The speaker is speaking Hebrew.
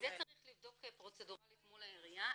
אז זה צריך לבדוק פרוצדורלית מול העיריה.